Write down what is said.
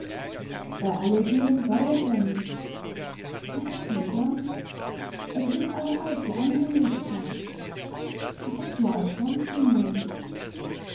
bei alledem dauert er mich ich hab'n gem es ist eine alte anhänglichkeit ich hab ja auch sonst niemand